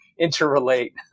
interrelate